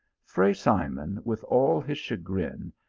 fray simon, with all his chagrin,